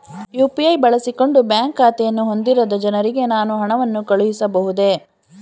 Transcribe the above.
UPI ಬಳಸಿಕೊಂಡು bank ಖಾತೆಯನ್ನು ಹೊಂದಿರದ ಜನರಿಗೆ ನಾನು ಹಣವನ್ನು ಕಳುಹಿಸಬಹುದೇ?